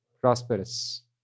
prosperous